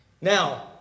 Now